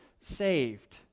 saved